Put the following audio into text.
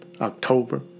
october